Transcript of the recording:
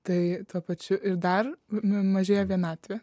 tai tuo pačiu ir dar mažėja vienatvė